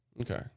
Okay